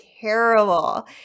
terrible